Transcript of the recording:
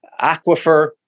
aquifer